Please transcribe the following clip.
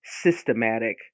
systematic